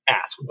ask